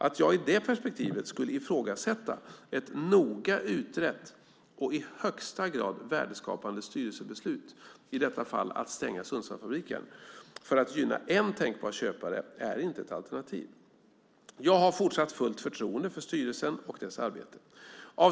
Att jag i det perspektivet skulle ifrågasätta ett noga utrett och i högsta grad värdeskapande styrelsebeslut, i detta fall att stänga Sundsvallsfabriken, för att gynna en tänkbar köpare är inte ett alternativ. Jag har fortsatt fullt förtroende för styrelsen och dess arbete.